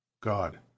God